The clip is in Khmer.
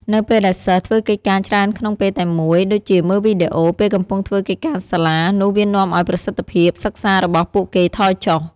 នៅពេលដែលសិស្សធ្វើកិច្ចការច្រើនក្នុងពេលតែមួយ ដូចជាមើលវីដេអូ ពេលកំពុងធ្វើកិច្ចការសាលា នោះវានាំឱ្យប្រសិទ្ធភាពសិក្សារបស់ពួកគេថយចុះ។